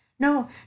No